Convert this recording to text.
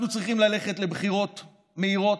אנחנו צריכים ללכת לבחירות מהירות,